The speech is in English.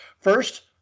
first